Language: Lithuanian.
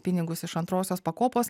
pinigus iš antrosios pakopos